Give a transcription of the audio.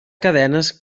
cadenes